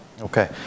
Okay